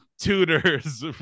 tutors